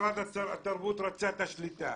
משרד התרבות רצה את השליטה.